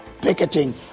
picketing